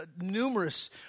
numerous